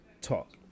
talk